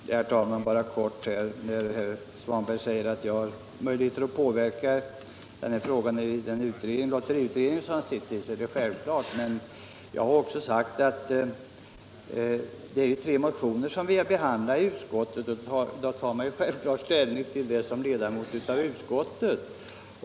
Herr talman! När herr Svanberg säger att jag har möjlighet att påverka den här frågan i lotteriutredningen, där jag sitter, är det riktigt. Men när det gäller de tre motioner vi här behandlar tar man naturligtvis ställning till dem som ledamot av utskottet.